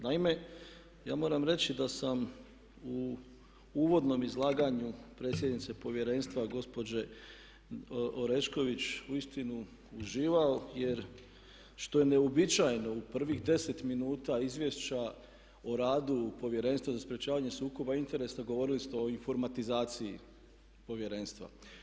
Naime, ja moram reći da sam u uvodnom izlaganju predsjednice povjerenstva gospođe Orešković uistinu uživao jer što je neuobičajeno u prvih 10 minuta Izvješća o radu Povjerenstva za sprječavanje sukoba interesa govorili ste o informatizaciji povjerenstva.